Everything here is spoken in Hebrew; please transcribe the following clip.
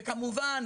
וכמובן,